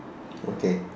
okay